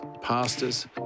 pastors